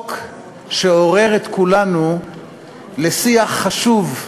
חוק שעורר את כולנו לשיח חשוב,